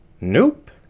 Nope